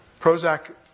Prozac